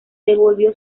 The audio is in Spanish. devolvió